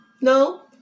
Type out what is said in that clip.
no